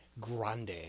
Grande